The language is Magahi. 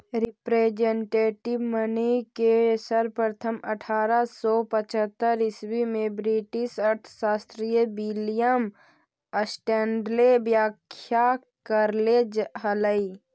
रिप्रेजेंटेटिव मनी के सर्वप्रथम अट्ठारह सौ पचहत्तर ईसवी में ब्रिटिश अर्थशास्त्री विलियम स्टैंडले व्याख्या करले हलई